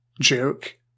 joke